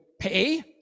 pay